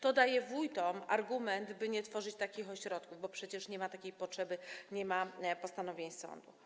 To daje wójtom argument, by nie tworzyć takich ośrodków, bo przecież nie ma takiej potrzeby, nie ma postanowień sądu.